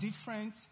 Different